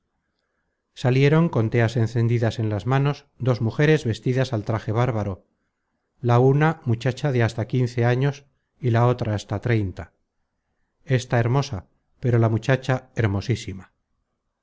salieron con teas encendidas en las manos dos mujeres vestidas al traje bárbaro la una muchacha de hasta quince años y la otra hasta treinta ésta hermosa pero la muchacha hermosísima